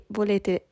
volete